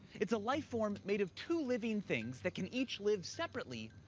it's a life form made of two living things that can each live separately,